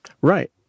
Right